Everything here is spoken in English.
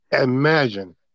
imagine